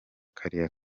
kariya